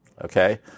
Okay